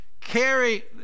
Carry